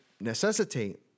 necessitate